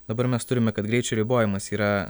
dabar mes turime kad greičio ribojimas yra